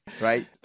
right